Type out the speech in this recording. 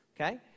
Okay